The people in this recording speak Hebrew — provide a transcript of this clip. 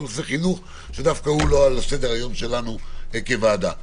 נושא החינוך שהוא לא על סדר-היום שלנו כוועדה.